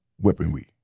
weaponry